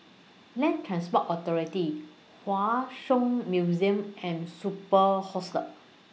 Land Transport Authority Hua Song Museum and Superb Hostel